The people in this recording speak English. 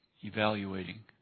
evaluating